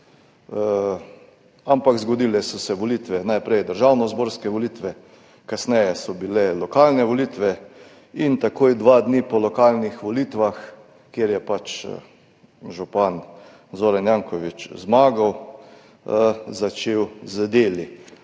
Ampak zgodile so se volitve, najprej državnozborske volitve, kasneje so bile lokalne volitve in takoj, dva dni po lokalnih volitvah, kjer je pač zmagal župan Zoran Janković, je začel z deli.